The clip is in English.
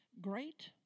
Great